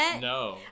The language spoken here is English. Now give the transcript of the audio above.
no